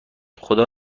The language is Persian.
خدا